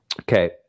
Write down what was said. Okay